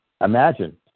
Imagine